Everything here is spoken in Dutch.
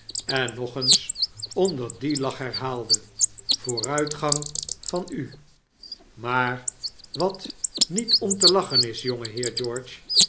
en nog eens onder dien lach herhaalde vooruitgang van u maar wat niet om te lachen is